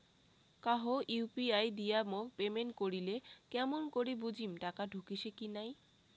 কাহো ইউ.পি.আই দিয়া মোক পেমেন্ট করিলে কেমন করি বুঝিম টাকা ঢুকিসে কি নাই?